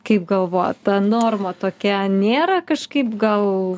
kaip galvojat ta norma tokia nėra kažkaip gal